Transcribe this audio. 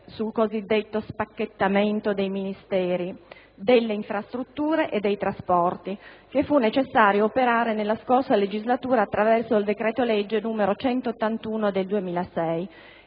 sul cosiddetto spacchettamento dei Ministeri delle infrastrutture e dei trasporti che fu necessario operare nella scorsa legislatura, attraverso il decreto-legge n. 181 del 2006.